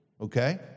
Okay